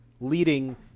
leading